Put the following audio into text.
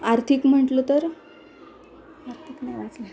आर्थिक म्हटलं तर आर्थिक ना वाचलं